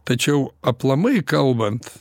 tačiau aplamai kalbant